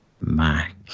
Mac